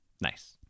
Nice